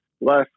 less